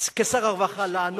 אין